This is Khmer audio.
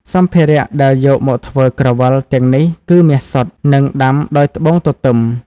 សម្ភារៈដែលយកមកធ្វើក្រវិលទាំងនេះគឺមាសសុទ្ធ និងដាំដោយត្បូងទទឹម។